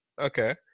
Okay